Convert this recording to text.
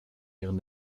ihren